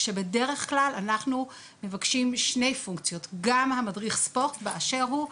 כשבדרך כלל אנחנו מבקשים שני פונקציות: גם המדריך ספורט באשר הוא,